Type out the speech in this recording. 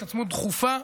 התעצמות דחופה.